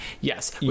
yes